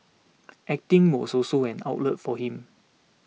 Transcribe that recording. acting was also an outlet for him